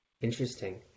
Interesting